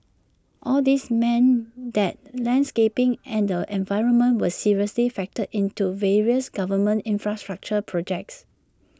all these meant that landscaping and the environment were seriously factored into various government infrastructural projects